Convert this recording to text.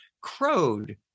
crowed